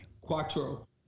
Quattro